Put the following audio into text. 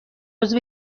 عضو